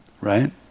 right